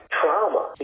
trauma